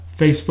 Facebook